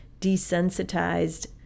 desensitized